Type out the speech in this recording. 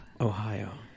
Ohio